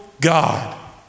God